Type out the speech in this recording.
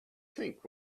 think